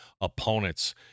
opponents